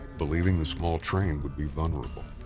believing the small train would be vulnerable.